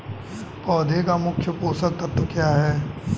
पौधे का मुख्य पोषक तत्व क्या हैं?